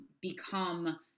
become